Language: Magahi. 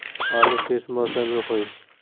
आलू किस मौसम में होई?